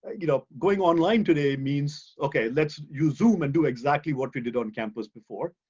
you know going online today means okay, let's use zoom and do exactly what we did on campus before.